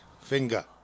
Finger